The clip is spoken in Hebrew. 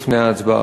לפני ההצבעה.